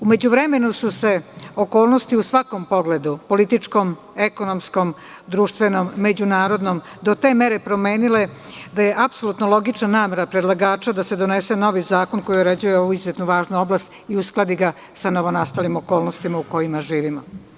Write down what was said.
U međuvremenu su se okolnosti u svakom pogledu političkom, ekonomskom, društvenom, međunarodnom do te mere promenile da je apsolutno logično namera predlagača da se donese novi zakon koji uređuje ovu izuzetno važnu oblast i uskladi ga sa novonastalim okolnostima u kojima živimo.